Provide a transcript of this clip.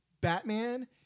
Batman